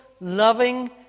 loving